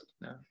No